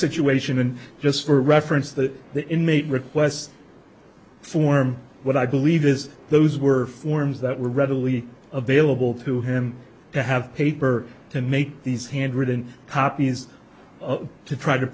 situation just for reference that the inmate request form what i believe is those were forms that were readily available to him to have paper to make these handwritten copies to try to